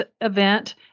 event